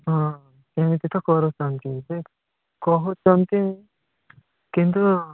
ହଁ ସେମିତି ତ କରୁଛନ୍ତି ଯେ କହୁଛନ୍ତି କିନ୍ତୁ